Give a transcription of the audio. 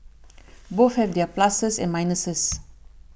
both have their pluses and minuses